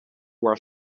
were